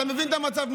אתה מבין את המצב,